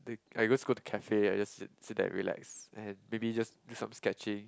w~ I always go to cafe I just sit sit there and relax and maybe just do some sketching